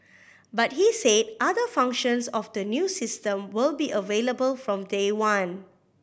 but he said other functions of the new system will be available from day one